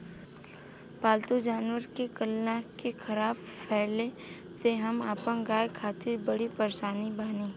पाल्तु जानवर के कत्ल के ख़बर फैले से हम अपना गाय खातिर बड़ी परेशान बानी